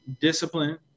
Discipline